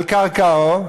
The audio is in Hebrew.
על קרקעו,